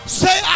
say